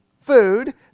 food